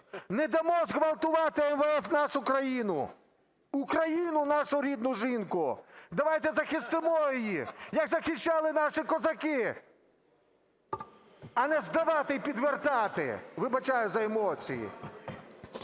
Не дамо зґвалтувати МВФ нашу країну – Україну, нашу рідну жінку! Давайте захистимо її, як захищали наші козаки, а не здавати і підвертати! Вибачаюсь за емоції.